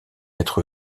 être